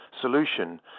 solution